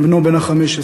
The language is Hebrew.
עם בנו בן ה-15,